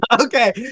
Okay